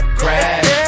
crash